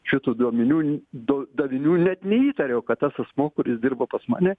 šitų duomenių do davinių net neįtariau kad tas asmuo kuris dirba pas mane